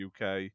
UK